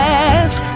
ask